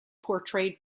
portrayed